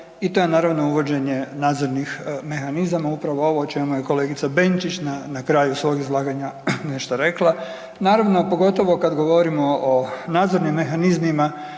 i to je naravno uvođenje nadzornih mehanizama, upravo ovo o čemu je kolegica Benčić na, na kraju svog izlaganja nešto rekla. Naravno, pogotovo kad govorimo o nadzornim mehanizmima